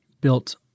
built